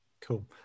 Cool